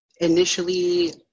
initially